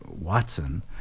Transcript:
Watson